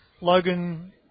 Logan